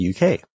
UK